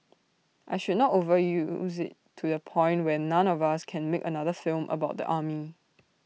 I should not overuse IT to the point where none of us can make another film about the army